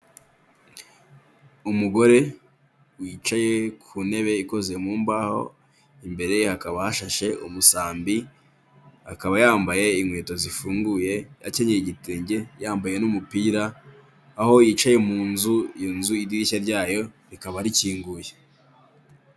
Umugore wicaye ku ntebe ikoze mu mbaho, imbere ye hakaba ashashe umusambi, akaba yambaye inkweto zifunguye, akenyeye igitenge yambaye n'umupira, aho yicaye mu nzu, inzu idirishya ryayo rikaba rikinguye.